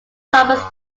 sauber